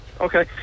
Okay